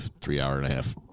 three-hour-and-a-half